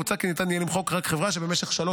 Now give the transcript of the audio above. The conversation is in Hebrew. מוצע כי ניתן יהיה למחוק רק חברה שבמשך שלוש